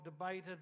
debated